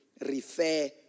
refer